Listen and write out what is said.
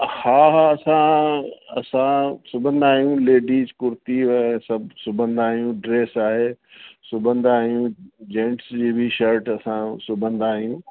हा हा असां असां सिबंदा आहियूं लेडीस कुर्ती ऐं सभु सिबंदा आहियूं ड्रेस आहे सिबंदा आहियूं जेंट्स जी बी शर्ट असां सिबंदा आहियूं